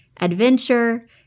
adventure